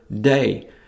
day